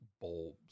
bulbs